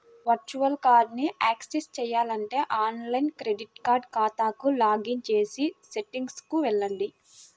virtual కార్డ్ని access చేయాలంటే online credit card ఖాతాకు లాగిన్ చేసి సెట్టింగ్లకు వెళ్లండి